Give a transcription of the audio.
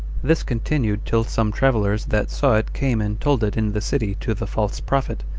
this continued till some travelers that saw it came and told it in the city to the false prophet,